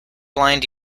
blind